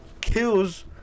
kills